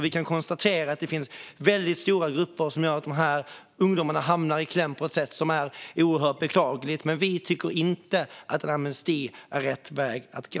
Vi kan konstatera att det finns väldigt stora grupper som gör att dessa ungdomar hamnar i kläm på ett sätt som är oerhört beklagligt, men vi tycker inte att en amnesti är rätt väg att gå.